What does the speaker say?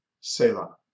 Selah